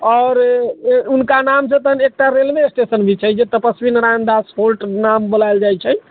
आओर हुनका नामसँ तहन एकटा रेलवे स्टेशन भी छै जे तपश्वी नारायण दास हाल्ट नाम बुलाएल जाइ छै